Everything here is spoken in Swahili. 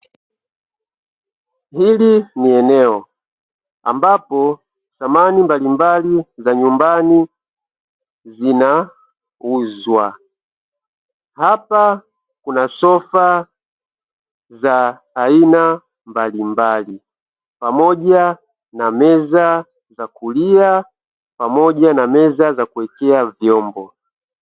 Hili ni eneo, ambapo samani mbalimbali za nyumbani zinauzwa. Hapa kuna sofa za aina mbalimbali, pamoja na meza za kulia pamoja na meza za kuwekea vyombo.